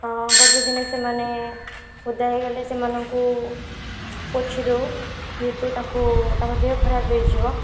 ହଁ ବର୍ଷା ଦିନେ ସେମାନେ ଓଦା ହେଇଗଲେ ସେମାନଙ୍କୁ ପୋଛି ଦେଉ ଯେହେତୁ ତାଙ୍କୁ ତାଙ୍କ ଦେହ ଖରାପ ହେଇଯିବ